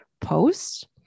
post